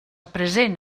present